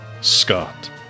Scott